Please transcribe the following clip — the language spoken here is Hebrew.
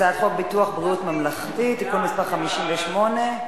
הצעת חוק ביטוח בריאות ממלכתי (תיקון מס' 53),